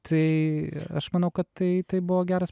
tai aš manau kad tai buvo geras